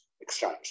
exchange